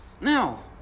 Now